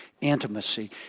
intimacy